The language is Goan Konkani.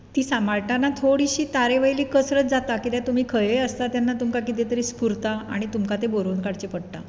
ती सांबाळटना थोडीशीं तारेवयली कसरत जाता कित्याक तुमी कित्याक तुमी खंयय आसतना कितें तरी स्फुरता आनी तुमकां तें बरोवन काडचें पडटा